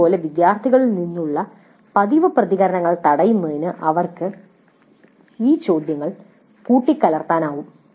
ഇതുപോലെ വിദ്യാർത്ഥികളിൽ നിന്നുള്ള പതിവ് പ്രതികരണങ്ങൾ തടയുന്നതിന് അവർക്ക് ഈ ചോദ്യങ്ങൾ കൂട്ടിക്കലർത്താനാകും